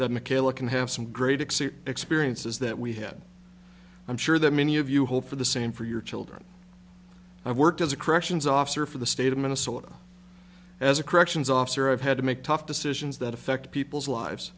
mckayla can have some great except experiences that we had i'm sure that many of you hope for the same for your children i've worked as a corrections officer for the state of minnesota as a corrections officer i've had to make tough decisions that affect people's lives